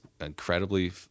incredibly